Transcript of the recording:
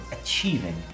achieving